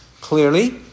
clearly